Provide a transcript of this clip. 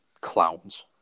clowns